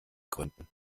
gründen